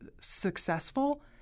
successful